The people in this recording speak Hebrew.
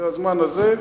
זה הזמן הזה.